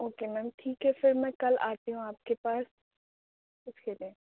okay ma'am ٹھیک ہے پھر میں کل آتی ہوں آپ کے پاس اُس کے لیے